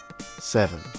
Seven